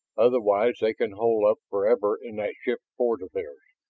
otherwise, they can hole up forever in that ship-fort of theirs.